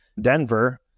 Denver